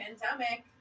pandemic